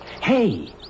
Hey